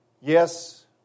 Yes